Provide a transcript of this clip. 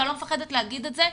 ואני לא מפחדת להגיד את זה,